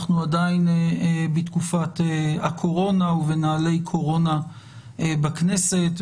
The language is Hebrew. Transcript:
אנחנו עדיין בתקופת הקורונה ובנהלי קורונה בכנסת,